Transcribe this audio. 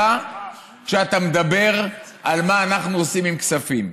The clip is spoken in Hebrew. כשאתה מדבר על מה אנחנו עושים עם כספים.